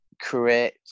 create